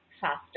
faster